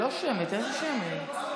לא שמית, איזה שמית?